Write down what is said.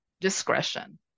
discretion